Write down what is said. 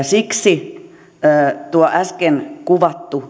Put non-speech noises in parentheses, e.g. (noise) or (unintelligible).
(unintelligible) siksi tuo äsken kuvattu (unintelligible)